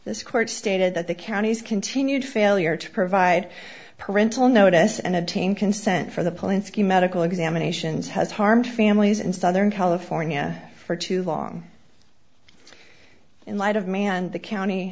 this court stated that the county's continued failure to provide parental notice and obtain consent for the polanski medical examinations has harmed families in southern california for too long in light of man the county